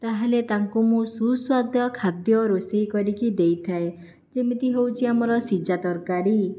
ତା'ହେଲେ ତାଙ୍କୁ ମୁଁ ସୁସ୍ୱାଦ୍ୟ ଖାଦ୍ୟ ରୋଷେଇ କରିକି ଦେଇଥାଏ ଯେମିତି ହେଉଛି ଆମର ସିଝା ତରକାରୀ